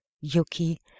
Yuki